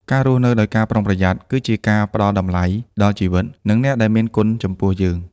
ការរស់នៅដោយការប្រុងប្រយ័ត្ន គឺជាការផ្ដល់តម្លៃដល់ជីវិត និងអ្នកដែលមានគុណចំពោះយើង។